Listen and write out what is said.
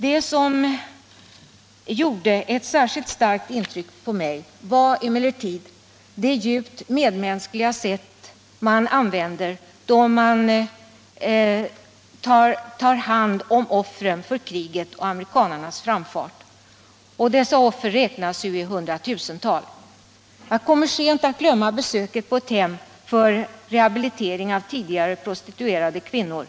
Det som gjorde ett särskilt starkt intryck på mig var emellertid det djupt medmänskliga sätt man använder då man tar hand om offren för kriget och amerikanernas framfart; dessa offer räknas ju i hundratusental. Jag kommer sent att glömma besöket på ett hem för rehabilitering av tidigare prostituerade kvinnor.